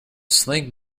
slang